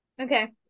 Okay